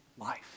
life